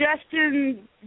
Justin